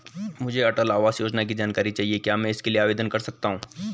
मुझे अटल आवास योजना की जानकारी चाहिए क्या मैं इसके लिए आवेदन कर सकती हूँ?